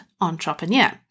entrepreneur